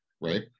right